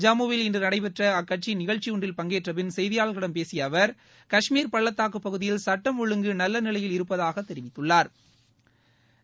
ஜம்முவில் இன்று நடைபெற்ற அக்கட்சியின் நிகழ்ச்சி ஒன்றில் பங்கேற்றபின் செய்தியாளர்களிடம் பேசிய அவா் கஷ்மீர் பள்ளத்தாக்குப் பகுதியில் சுட்டம் ஒழுங்கு நல்ல நிலையில் இருப்பதாகத் தெரிவித்துள்ளாா்